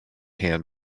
hand